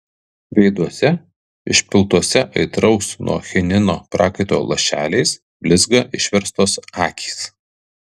veiduose išpiltuose aitraus nuo chinino prakaito lašeliais blizga išverstos akys